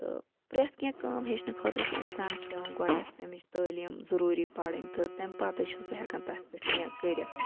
تہٕ پرتھ کینٛہہ کٲم ہیٚچھنہِ خٲطرٕ چھِ اِنسانَس پیٚوان تمِچ تعلیٖم ضروٗری پَڑٕنۍ تہٕ تمہِ پَتے چھُ سُہ ہیٚکان تَتھ پٮ۪ٹھ کینٛہہ کٔرِتھ